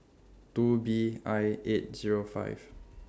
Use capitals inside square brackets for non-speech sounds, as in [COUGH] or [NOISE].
two B I eight Zero five [NOISE]